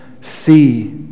see